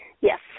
Yes